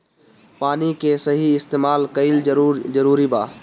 पानी के सही इस्तेमाल कइल जरूरी बा